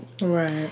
Right